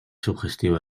sugestivo